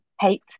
hate